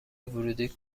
ورودی